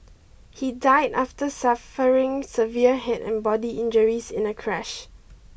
he died after suffering severe head and body injuries in a crash